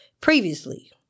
previously